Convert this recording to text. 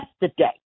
yesterday